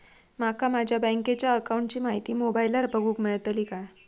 माका माझ्या बँकेच्या अकाऊंटची माहिती मोबाईलार बगुक मेळतली काय?